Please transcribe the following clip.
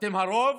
אתם הרוב,